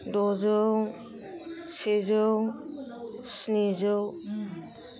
द'जौ सेजौ स्निजौ